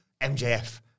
MJF